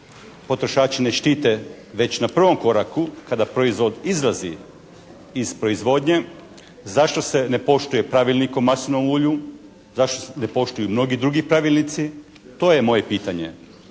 potrošači ne štite već na prvom koraku kada proizvod izlazi iz proizvodnje, zašto se ne poštuje Pravilnik o maslinovom ulju, zašto se ne poštuju mnogi drugi pravilnici? To je moje pitanje.